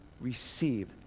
receive